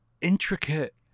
intricate